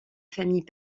famille